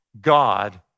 God